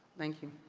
thank you.